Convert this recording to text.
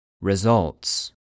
Results